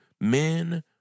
men